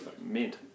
mint